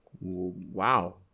Wow